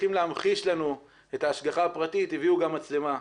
שצריכים להמחיש לנו את ההשגחה הפרטית והביאו גם מצלמה.